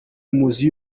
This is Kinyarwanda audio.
muzi